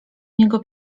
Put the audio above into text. niego